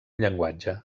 llenguatge